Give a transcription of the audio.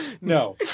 No